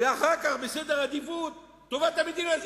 ואחר כך בסדר העדיפויות טובת המדינה.